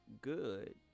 good